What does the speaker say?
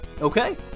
Okay